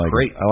Great